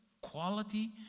quality